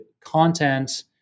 content